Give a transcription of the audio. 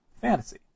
fantasy